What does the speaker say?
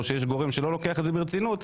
או יש גורם שלא לוקח את זה ברצינות,